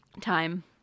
time